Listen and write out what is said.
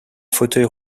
fauteuil